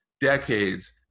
decades